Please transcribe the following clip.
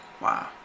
Wow